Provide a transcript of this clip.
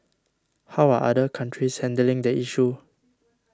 how are other countries handling the issue